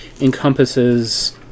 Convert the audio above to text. encompasses